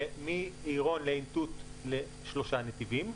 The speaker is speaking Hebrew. ומעירון לעין תות לשלושה נתיבים,